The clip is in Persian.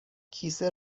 کیسه